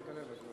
לא שמת לב לזמן.